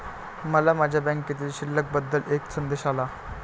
मला माझ्या बँकेतील शिल्लक बद्दल एक संदेश आला